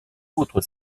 autre